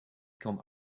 kan